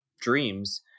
dreams